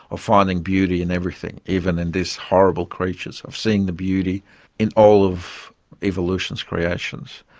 of finding beauty in everything, even in these horrible creatures, of seeing the beauty in all of evolution's creations.